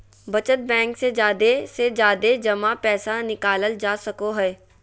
बचत बैंक से जादे से जादे जमा पैसा निकालल जा सको हय